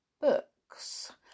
books